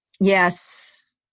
Yes